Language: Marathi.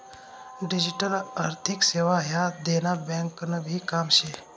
डिजीटल आर्थिक सेवा ह्या देना ब्यांकनभी काम शे